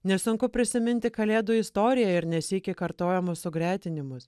nesunku prisiminti kalėdų istoriją ir ne sykį kartojamus sugretinimus